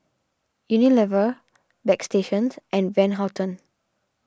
Unilever Bagstationz and Van Houten